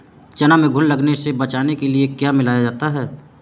चना में घुन लगने से बचाने के लिए क्या मिलाया जाता है?